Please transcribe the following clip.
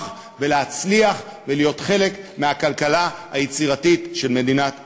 ולהצליח ולהיות חלק מהכלכלה היצירתית של מדינת ישראל.